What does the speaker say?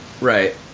Right